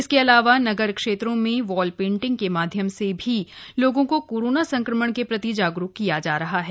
इसके अलावा नगर क्षेत्रों में वॉल पेंन्टिग के माध्यम से भी लोगों को कोरोना संक्रमण के प्रति जागरूक किया जा रहा है